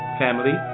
family